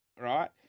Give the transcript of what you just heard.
Right